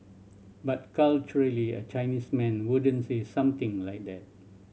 but culturally a Chinese man wouldn't say something like that